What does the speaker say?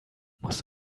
muss